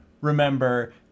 remember